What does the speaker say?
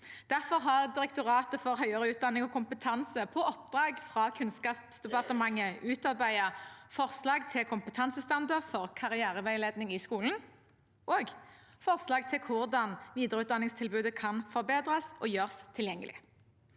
Derfor har Direktoratet for høyere utdanning og kompetanse på oppdrag fra Kunnskapsdepartementet utarbeidet forslag til kompetansestandard for karriereveiledning i skolen og forslag til hvordan videreutdanningstilbudet kan forbedres og gjøres tilgjengelig.